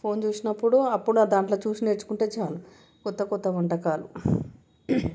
phone చూసినప్పుడు అప్పుడు దాంట్లో చూసి నేర్చుకుంటే చాలు కొత్త కొత్త వంటకాలు